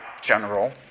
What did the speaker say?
general